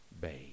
Bay